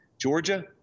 Georgia